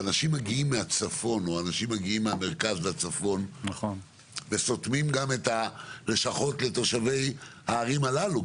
שאנשים מגיעים מהמרכז לצפון וסותמים גם את הלשכות לתושבי הערים הללו,